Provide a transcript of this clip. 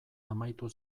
amaitu